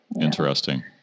Interesting